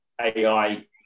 AI